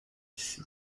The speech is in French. ici